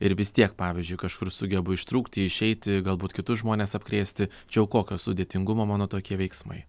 ir vis tiek pavyzdžiui kažkur sugebu ištrūkti išeiti galbūt kitus žmones apkrėsti čia jau kokio sudėtingumo mano tokie veiksmai